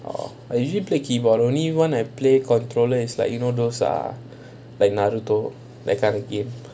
orh I usually play keyboard the only one I play controller is like you know those ah like naruto that kind of game